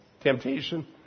Temptation